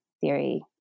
theory